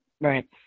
Right